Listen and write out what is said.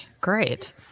great